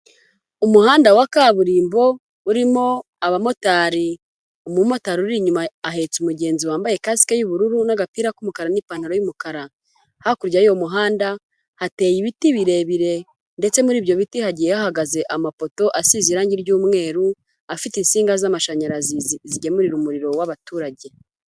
Umuhanda wa kaburimbo, urimo abamotari, umumotari uri inyuma ahetse umugenzi wambaye kasike y'ubururu n'agapira k'umukara n'ipantaro y'umukara, hakurya y'uwo muhanda hateye ibiti birebire ndetse muri ibyo biti hagiye hahagaze amapoto asize irangi ry'umweru, afite insinga z'amashanyarazi zigemurira umuriro w'abaturage.